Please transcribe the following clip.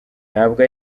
ntabwo